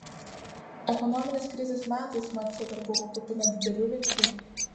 ekonominės krizės metais marcė dar buvo kupina didelių vilčių